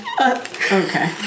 Okay